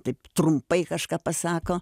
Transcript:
taip trumpai kažką pasako